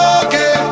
okay